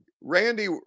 Randy